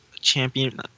champion